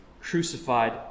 crucified